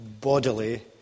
bodily